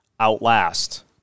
outlast